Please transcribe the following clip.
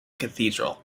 cathedral